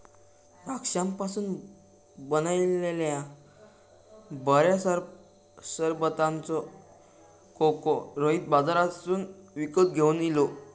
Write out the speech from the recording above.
द्राक्षांपासून बनयलल्या खऱ्या सरबताचो खोको रोहित बाजारातसून विकत घेवन इलो